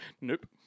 Nope